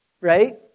Right